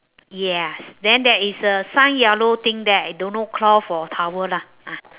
yes then there is uh some yellow thing there I don't know cloth or towel lah ah